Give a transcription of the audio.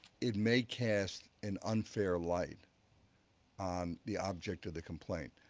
it may cast an unfair light on the object of the complaint.